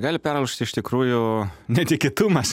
gali perlaužti iš tikrųjų netikėtumas